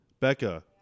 becca